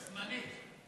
זמנית.